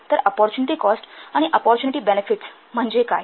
तर या opportunity cost आणि अपॉरच्युनिटी बेनेफिट्स म्हणजे काय